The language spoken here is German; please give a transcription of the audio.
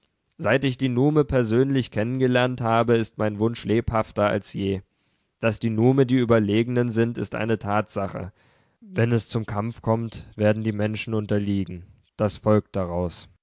seit ich die nume persönlich kennengelernt habe ist mein wunsch lebhafter als je daß die nume die überlegenen sind ist eine tatsache wenn es zum kampf kommt werden die menschen unterliegen das folgt daraus